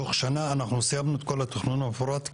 תוך שנה אנחנו סיימנו את כל התכנון המפורט?